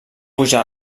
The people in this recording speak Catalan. pujar